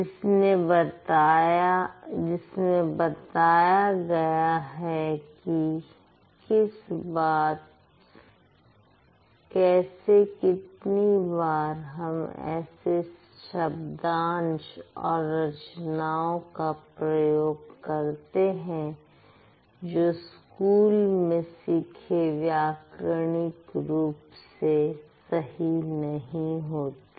जिसमें बताया गया है कि कैसे कितनी बार हम ऐसे शब्दांश और रचनाओं का प्रयोग करते हैं जो स्कूल में सीखें व्याकरणिक रूप से सही नहीं होते